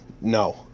No